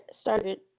started